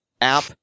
app